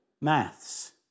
maths